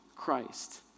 Christ